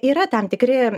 yra tam tikri